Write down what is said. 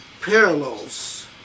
parallels